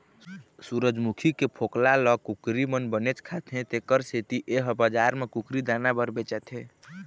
सूरजमूखी के फोकला ल कुकरी मन बनेच खाथे तेखर सेती ए ह बजार म कुकरी दाना बर बेचाथे